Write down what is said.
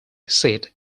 seat